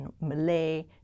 Malay